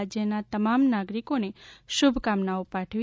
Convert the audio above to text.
રાજ્યના તમામ નાગરિકોને શુભકામનાઓ પાઠવી